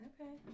okay